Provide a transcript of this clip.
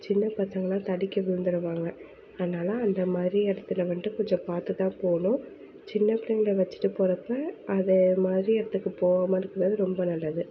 சின்ன பசங்கள்லாம் தடுக்கி விழுந்துடுவாங்க அதனால் அந்த மாதிரி இடத்துல வந்துட்டு கொஞ்சம் பார்த்து தான் போகணும் சின்ன பிள்ளைகள வச்சுட்டு போகிறப்ப அதை மாதிரி இடத்துக்கு போவாமல் இருக்கிறது ரொம்ப நல்லது